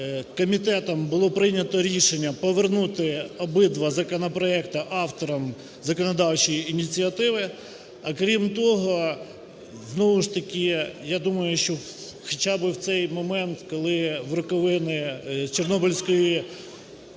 комітетом було прийнято рішення повернути обидва законопроекти авторам законодавчої ініціативи. Окрім того, знову ж таки, я думаю, що хоча би в цей момент, коли в роковини Чорнобильської